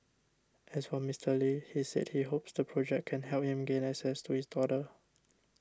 as for Mister Lee he said he hopes the project can help him gain access to his daughter